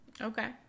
Okay